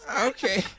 Okay